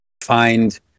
find